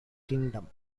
kingdom